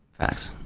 facts.